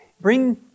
bring